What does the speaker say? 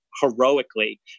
heroically